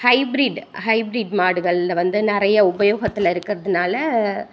hybrid hybrid மாடுகளில் வந்து நிறைய உபயோகத்தில் இருக்கறதுனால்